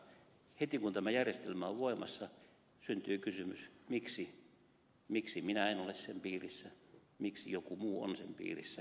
heti kun tämä järjestelmä on voimassa syntyy kysymys miksi minä en ole sen piirissä miksi joku muu on sen piirissä